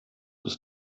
ist